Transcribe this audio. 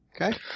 Okay